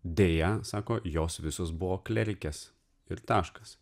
deja sako jos visos buvo klerikės ir taškas